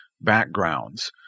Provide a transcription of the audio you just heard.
backgrounds